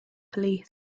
police